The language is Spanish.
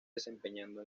desempeñando